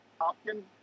Hopkins